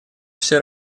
все